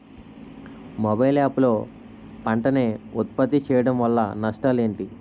Mobile app లో పంట నే ఉప్పత్తి చేయడం వల్ల నష్టాలు ఏంటి?